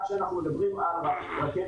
שאנחנו מדברים על רכבת